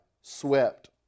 swept